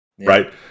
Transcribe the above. Right